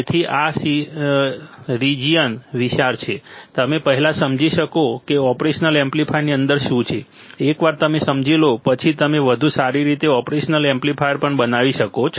તેથી આ રિજિયન વિશાળ છે તમે પહેલા સમજી શકો કે ઓપરેશનલ એમ્પ્લીફાયરની અંદર શું છે એકવાર તમે સમજી લો પછી તમે વધુ સારી રીતે ઓપરેશનલ એમ્પ્લીફાયર પણ બનાવી શકો છો